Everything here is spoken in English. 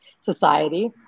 society